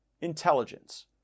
intelligence